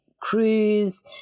cruise